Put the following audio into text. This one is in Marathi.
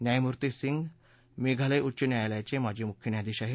न्यायमूर्ती सिंग मेघालय उच्च न्यायालयाचे माजी मुख्य न्यायाधीश आहेत